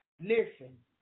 Listen